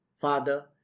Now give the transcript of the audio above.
Father